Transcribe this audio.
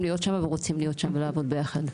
להיות שם ורוצים להיות שם לעבוד ביחד.